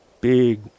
big